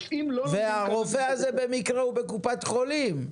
והרופא הזה במקרה הוא בקופת חולים.